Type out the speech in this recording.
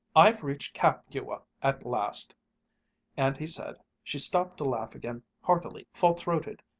i've reached capua at last and he said, she stopped to laugh again, heartily, full-throated,